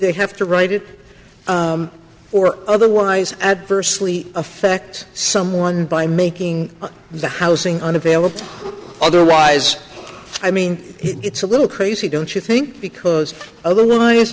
they have to write it or otherwise adversely affects someone by making the housing unavailable otherwise i mean it's a little crazy don't you think because otherwise